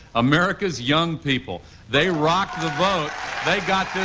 america's young people, they rocked the vote, they got